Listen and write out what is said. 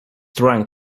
trying